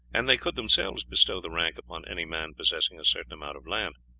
and they could themselves bestow the rank upon any man possessing a certain amount of land